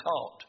taught